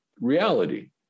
reality